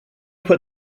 put